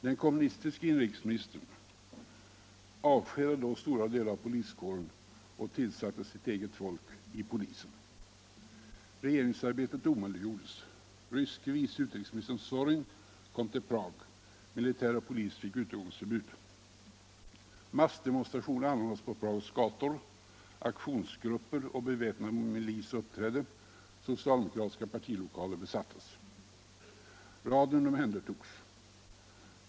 Den kommunistiske in-. rikesministern avskedade då stora delar av poliskåren och tillsatte sitt eget folk i polisen. Regeringsarbetet omöjliggjordes. Ryske vice utrikesministern Zorin kom till Prag. Militär och polis fick utegångsförbud. Massdemonstrationer anordnades på Prags gator, aktionsgrupper och beväpnad milis uppträdde, socialdemokratiska partilokaler besattes. Radion omhändertogs.